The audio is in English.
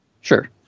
sure